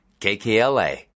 KKLA